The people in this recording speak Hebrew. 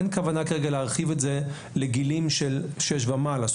כרגע להרחיב את זה לגילאים של שש ומעלה,